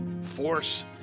force